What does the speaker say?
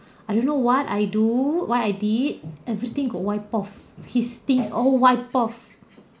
I don't know what I do what I did everything got wiped off his things all wiped off